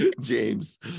James